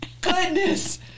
goodness